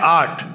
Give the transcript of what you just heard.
art